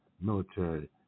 military